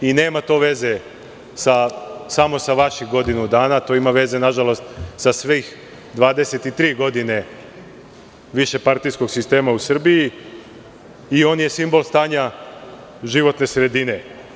Nema to veze samo sa vaših godinu dana, to ima veze, nažalost, sa svih 23 godine višepartijskog sistema u Srbiji i on je simbol stanja životne sredine.